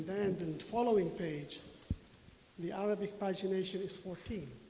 the and following page the arabic pagination is fourteen.